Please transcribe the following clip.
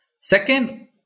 Second